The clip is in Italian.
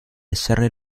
essere